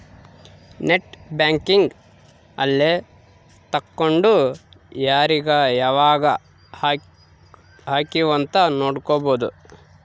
net banking ಅಲ್ಲೆ ತೆಕ್ಕೊಂಡು ಯಾರೀಗ ಯಾವಾಗ ಹಕಿವ್ ಅಂತ ನೋಡ್ಬೊದು